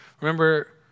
Remember